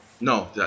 No